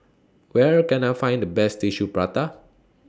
Where Can I Find The Best Tissue Prata